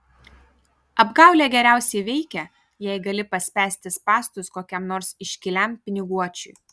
apgaulė geriausiai veikia jei gali paspęsti spąstus kokiam nors iškiliam piniguočiui